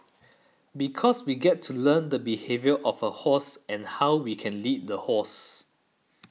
because we get to learn the behaviour of a horse and how we can lead the horse